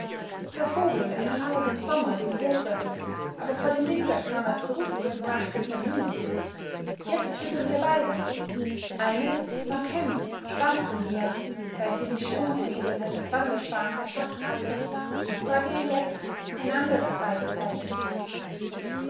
der vogel entflog im sommer dem hofe aber vor dem winter kam er zurück und brachte sein junges mit jetzt füttern wir beide eine die du kennst schwand von hier weil sie die schwungfedern eines wanderschwans erfaßt hatte trage ihr jetzt ein anderes reisezeichen zu